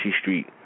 street